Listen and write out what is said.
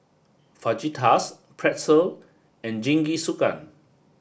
Fajitas Pretzel and Jingisukan